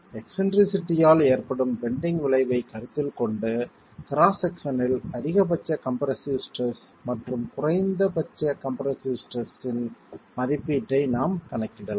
எக்ஸ்ன்ட்ரிசிட்டியால் ஏற்படும் பெண்டிங் விளைவைக் கருத்தில் கொண்டு கிராஸ் செக்ஷனில் அதிகபட்ச கம்ப்ரசிவ் ஸ்ட்ரெஸ் மற்றும் குறைந்தபட்ச கம்ப்ரசிவ் ஸ்ட்ரெஸ் இன் மதிப்பீட்டை நாம் கணக்கிடலாம்